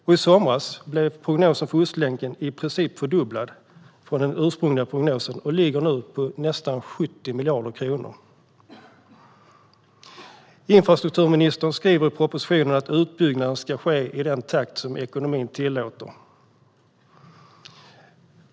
I somras blev prognosen för Ostlänken i princip fördubblad från den ursprungliga och ligger nu på nästan 70 miljarder kronor. Infrastrukturministern skriver i propositionen att utbyggnaden ska ske i den takt som ekonomin tillåter.